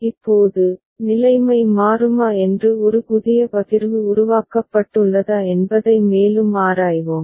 இப்போது நிலைமை மாறுமா என்று ஒரு புதிய பகிர்வு உருவாக்கப்பட்டுள்ளதா என்பதை மேலும் ஆராய்வோம்